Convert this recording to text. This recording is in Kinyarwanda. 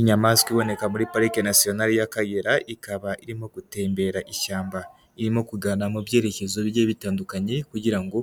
Inyamaswa iboneka muri parike nasiyonari y'Akaygera. Ikaba irimo gutembera ishyamba irimo kugana mu byerekezo bigiye bitandukanye kugira ngo